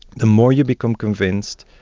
the more you become convinced,